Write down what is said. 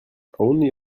only